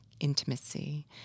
intimacy